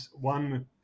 one